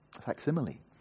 facsimile